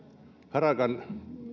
harakan